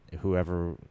whoever